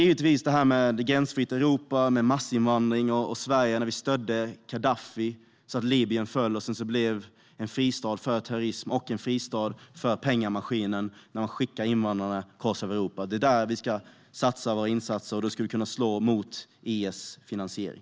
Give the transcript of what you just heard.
Detta med ett gränsfritt Europa, massinvandring, när Sverige stödde Gaddafi, och Libyen som föll blev en fristad för terrorism och för pengamaskinen när man skickar invandrare kors och tvärs över Europa. Det är där som vi ska göra våra insatser, och då skulle vi kunna slå mot IS finansiering.